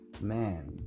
man